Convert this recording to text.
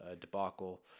debacle